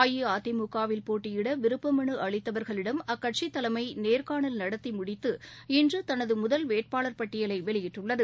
அஇஅதிமுகவில் போட்டியிட விருப்ப மலு அளித்தவர்களிடம் அக்கட்சி தலைமை நேர்காணல் நடத்தி முடித்து இன்று தனது முதல் வேட்பாளர் பட்டியலை வெளியிட்டுள்ளது